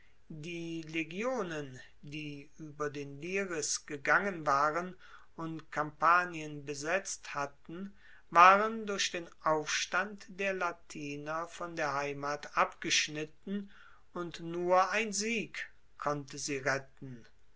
die legionen die ueber den liris gegangen waren und kampanien besetzt hatten waren durch den aufstand der latiner von der heimat abgeschnitten und nur ein sieg konnte sie retten